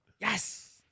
Yes